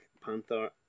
Panther